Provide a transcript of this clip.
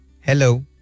Hello